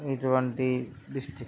ఇటువంటి డిస్ట్రిక్